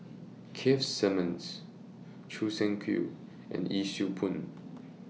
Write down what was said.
Keith Simmons Choo Seng Quee and Yee Siew Pun